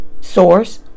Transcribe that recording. source